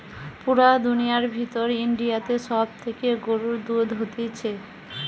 পুরা দুনিয়ার ভিতর ইন্ডিয়াতে সব থেকে গরুর দুধ হতিছে